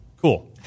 Cool